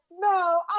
no